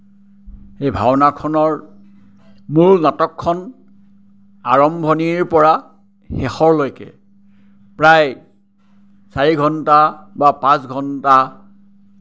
সেই ভাওনাখনৰ মূল নাটকখন আৰম্ভণিৰ পৰা শেষৰলৈকে প্ৰায় চাৰি ঘণ্টা বা পাঁচ ঘণ্টা